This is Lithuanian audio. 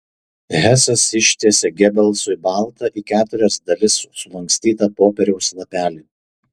hesas ištiesė gebelsui baltą į keturias dalis sulankstytą popieriaus lapelį